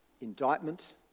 indictment